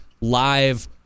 live